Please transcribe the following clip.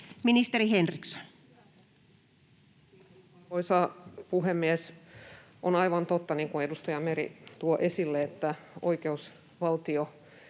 minister Henriksson. Kiitos, arvoisa